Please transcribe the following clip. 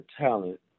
talent